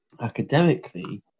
academically